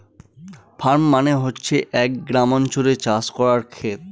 farm মানে হচ্ছে এক গ্রামাঞ্চলে চাষ করার খেত